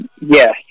Yes